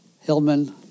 Hillman